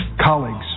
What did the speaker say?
colleagues